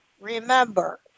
remember